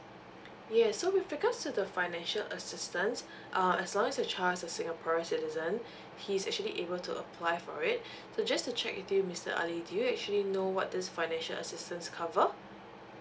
yes so with regards to the financial assistance uh as long as your child is a singaporean citizen he's actually able to apply for it so just to check with you miss ali do you actually know what this financial assistance cover